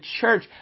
church